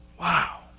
Wow